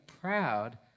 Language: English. proud